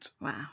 Wow